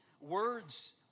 words